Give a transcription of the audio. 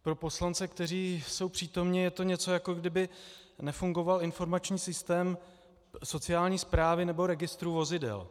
Pro poslance, kteří jsou přítomni je to něco, jako kdyby nefungoval informační systém sociální správy nebo registrů vozidel.